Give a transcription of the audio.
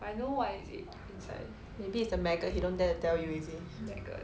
maybe it's a maggot he don't dare to tell you is it